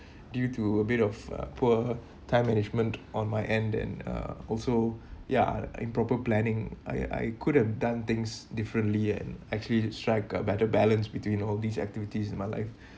due to a bit of uh poor time management on my end and uh also ya uh improper planning I I could've done things differently and actually strike a better balance between all of these activities in my life